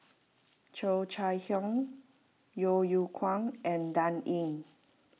Cheo Chai Hiang Yeo Yeow Kwang and Dan Ying